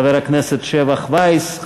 חבר הכנסת לשעבר שבח וייס,